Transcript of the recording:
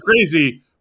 crazy